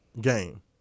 game